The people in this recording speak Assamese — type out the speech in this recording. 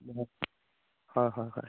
অঁ হয় হয় হয়